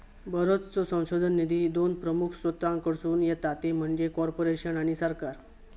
बरोचसो संशोधन निधी दोन प्रमुख स्त्रोतांकडसून येता ते म्हणजे कॉर्पोरेशन आणि सरकार